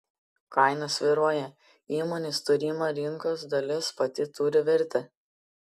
kaina svyruoja įmonės turima rinkos dalis pati turi vertę